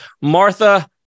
Martha